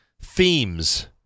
themes